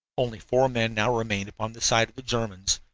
only four men now remained upon the side of the germans,